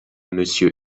monsieur